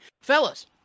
Fellas